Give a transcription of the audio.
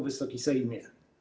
Wysoki Sejmie!